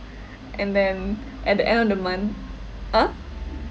and then at the end of the month !huh!